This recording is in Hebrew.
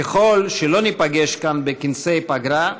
ככל שלא ניפגש כאן בכנסי פגרה,